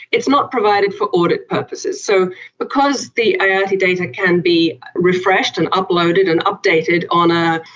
it's not provided for audit purposes. so because the iati data can be refreshed and uploaded and updated on a,